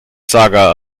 saga